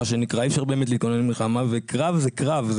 אי אפשר באמת להתכונן למלחמה וקרב זה קרב,